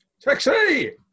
Taxi